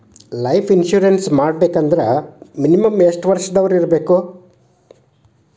Life insurance ಮಾಡ್ಸ್ಬೇಕಂದ್ರ minimum ಯೆಷ್ಟ್ ವರ್ಷ ದವ್ರಿರ್ಬೇಕು?